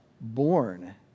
born